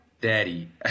daddy